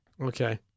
Okay